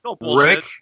Rick